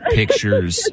pictures